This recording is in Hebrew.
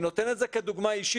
אני נותן את זה כדוגמה אישית,